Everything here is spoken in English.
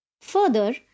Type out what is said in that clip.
Further